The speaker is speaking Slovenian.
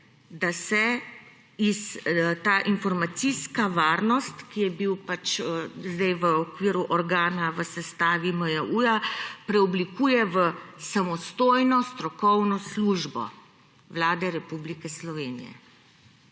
da se ta informacijska varnost, ki je bila zdaj v okviru organa v sestavi MJU, preoblikuje v samostojno strokovno službo Vlade Republike Slovenije.